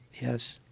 Yes